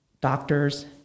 doctors